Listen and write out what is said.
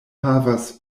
havas